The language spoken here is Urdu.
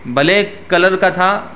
بلیک کلر کا تھا